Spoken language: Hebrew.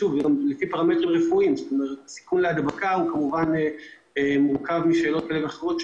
כאשר הסיכוי להדבקה מורכב משאלות כאלה ואחרות,